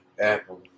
Apple